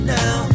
now